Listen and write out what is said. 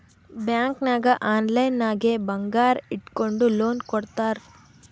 bank ನಾಗ್ online ನಾಗೆ ಬಂಗಾರ್ ಇಟ್ಗೊಂಡು ಲೋನ್ ಕೊಡ್ತಾರ್